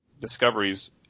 discoveries